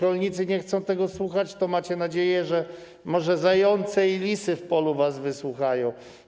Rolnicy już nie chcą tego słuchać, to macie nadzieję, że może - nie wiem - zające i lisy w polu was wysłuchają.